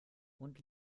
und